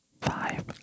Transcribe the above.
Five